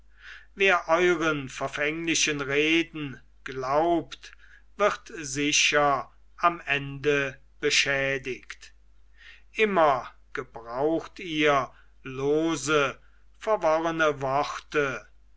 wer euren verfänglichen reden glaubt wird sicher am ende beschädigt immer gebraucht ihr lose verworrene worte